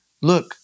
look